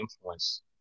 influence